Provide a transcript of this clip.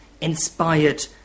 inspired